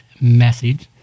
Message